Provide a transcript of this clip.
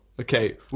okay